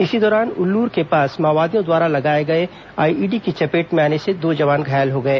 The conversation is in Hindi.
इसी दौरान उल्लूर के पास माओवादियों द्वारा लगाए गए आईईडी की चपेट में आने से दो जवान घायल हो गए